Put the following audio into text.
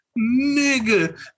nigga